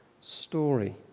story